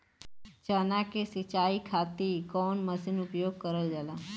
चना के सिंचाई खाती कवन मसीन उपयोग करल जाला?